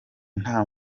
nta